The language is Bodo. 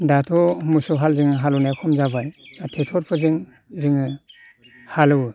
दाथ' मोसौ हालजों हालेवनाया खम जाबाय आरो टेक्ट'रफोरजों जोङो हालेवो